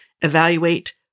evaluate